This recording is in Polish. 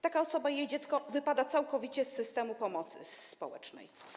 Taka osoba i jej dziecko wypadają całkowicie z systemu pomocy społecznej.